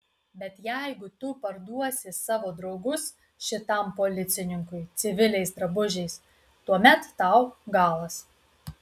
bet jeigu tu parduosi savo draugus šitam policininkui civiliais drabužiais tuomet tau galas